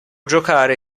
giocare